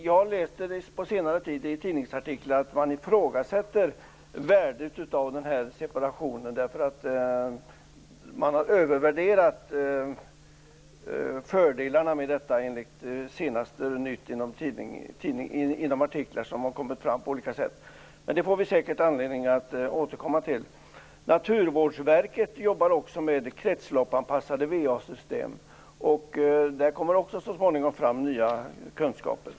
Under senare tid har jag läst olika tidningsartiklar där det står att man ifrågasätter värdet av den här separationen, därför att fördelarna övervärderats. Vi får säkert anledning att återkomma till detta. Naturvårdsverket jobbar också med kretsloppsanpassade va-system. Där kommer det också så småningom nya kunskaper.